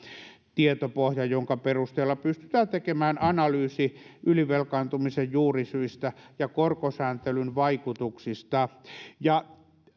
tietopohja jonka perusteella pystytään tekemään analyysi ylivelkaantumisen juurisyistä ja korkosääntelyn vaikutuksista ja